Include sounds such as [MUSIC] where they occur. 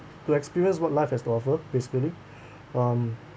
to experience what life has to offer basically [BREATH] um